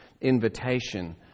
invitation